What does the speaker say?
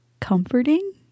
comforting